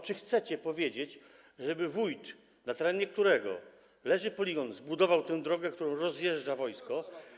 Czy chcecie powiedzieć, żeby wójt, na którego terenie leży poligon, zbudował drogę, którą rozjeżdża wojsko?